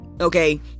Okay